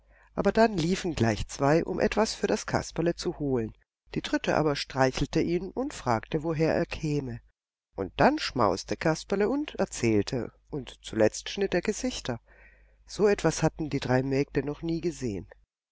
aber dann liefen gleich zwei um etwas für das kasperle zu holen die dritte aber streichelte ihn und fragte woher er käme und dann schmauste kasperle und erzählte und zuletzt schnitt er gesichter so etwas hatten die drei mägde noch nie gesehen